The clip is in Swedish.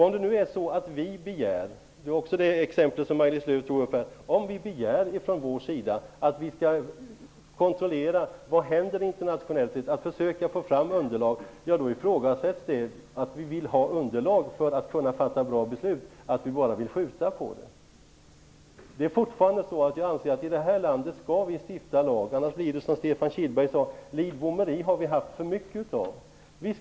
Om vi från vår sida begär att man skall kontrollera vad som händer internationellt och försöka få fram underlag för att kunna fatta bra beslut ifrågasätts det. Det sägs att vi bara vill skjuta på beslutet. Det var det Maj-Lis Lööw tog upp. Jag anser fortfarande att vi i det här landet skall stifta lag baserat på bra beslutsunderlag. Annars blir det som Stefan Kihlberg sade: Lidbomeri har vi haft för mycket av.